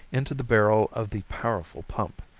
into the barrel of the powerful pump.